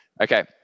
Okay